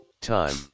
Time